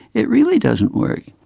it really doesn't work.